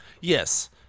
Yes